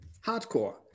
hardcore